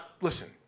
Listen